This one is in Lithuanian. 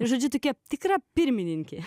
žudike tikrą pirmininkė